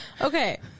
Okay